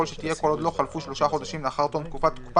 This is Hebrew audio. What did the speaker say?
יכול שתהיה כל עוד לא חלפו שלושה חודשים לאחר תום תקופת תוקפה